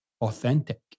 authentic